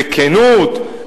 בכנות,